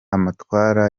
amatwara